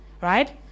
right